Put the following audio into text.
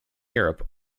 europe